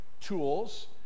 tools